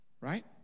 right